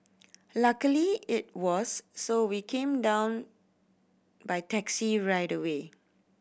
luckily it was so we came down by taxi right away